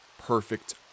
perfect